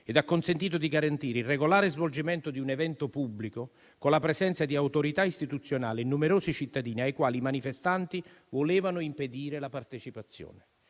ed ha consentito di garantire il regolare svolgimento di un evento pubblico con la presenza di autorità istituzionali e numerosi cittadini ai quali i manifestanti volevano impedire la partecipazione.